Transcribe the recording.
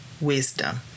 wisdom